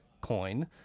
coin